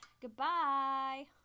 Goodbye